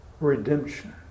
redemption